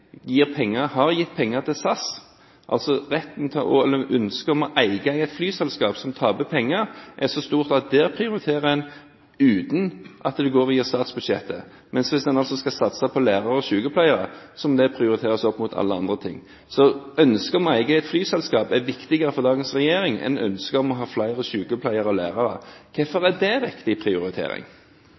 penger – har gitt penger – til SAS, altså er retten til og ønsket om å eie et flyselskap som taper penger, så stort at der prioriterer en uten at det går via statsbudsjettet. Men hvis man skal satse på lærere og sykepleiere, må det prioriteres opp mot alle andre ting. Ønsket om å eie et flyselskap er viktigere for dagens regjering enn ønsket om å ha flere sykepleiere og lærere. Hvorfor er det riktig prioritering?